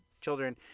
children